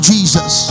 Jesus